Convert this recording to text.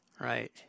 Right